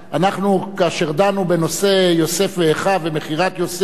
כאשר דנו בנושא יוסף ואחיו ומכירת יוסף,